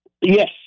Yes